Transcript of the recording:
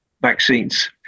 vaccines